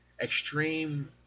extreme